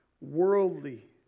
worldly